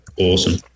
awesome